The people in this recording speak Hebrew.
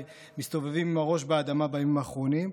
מסתובבים עם הראש באדמה בימים האחרונים.